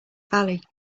valley